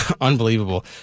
unbelievable